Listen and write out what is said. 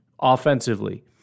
offensively